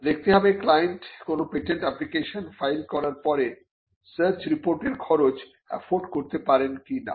দেখতে হবে ক্লায়েন্ট কোন পেটেন্ট অ্যাপ্লিকেশন ফাইল করার পরে সার্চ রিপোর্টের খরচ আফোর্ড করতে পারেন কিনা